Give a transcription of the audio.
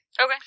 Okay